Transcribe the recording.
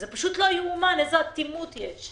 זה פשוט לא יאומן איזו אטימות יש.